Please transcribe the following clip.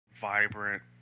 vibrant